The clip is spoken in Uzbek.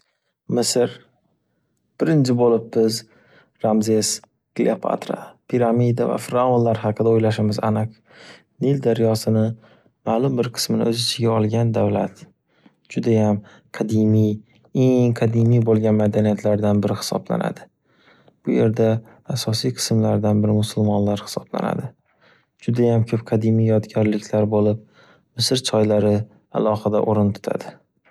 Misr. Birinchi bo’lib, biz, Ramzes, Kleopatra, piramida va Firavnlar haqida o’ylashimiz aniq. Nil daryosini malum bir qismini o’z ichiga olgan davlat. Judayam qadimiy, eng qadimiy bo’lgan madaniyatlatdan biri hisoblanadi. Bu yerda asosiy qismlardan bir musulmonlar hisoblanadi. Judayam ko’p qadimiy yodgorliklar bo’lib, misr choylari alohida o’rin tutadi.